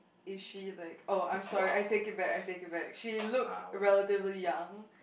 is she like oh I'm sorry I take it back I take it back she looks relatively young